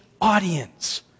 audience